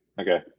Okay